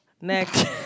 Next